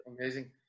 amazing